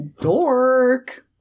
Dork